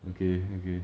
okay okay